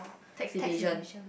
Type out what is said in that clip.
tax evasion